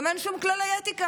גם אין שום כללי אתיקה.